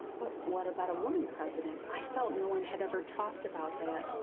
but what about a woman president? i felt no one had ever talked about that.